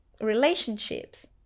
Relationships